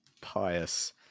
pious